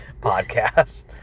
podcasts